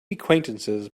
acquaintances